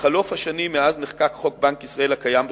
מחלוף השנים מאז נחקק חוק בנק ישראל הקיים,